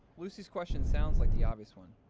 lucy's question sounds like the obvious one.